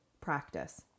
practice